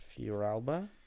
Fioralba